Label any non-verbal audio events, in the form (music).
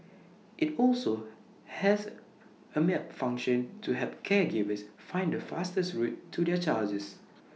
IT also has A map function to help caregivers find the fastest route to (unintelligible)